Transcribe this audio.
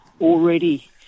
already